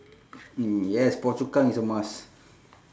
mm yes phua chu kang is a must